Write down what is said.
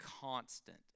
Constant